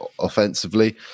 offensively